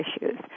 issues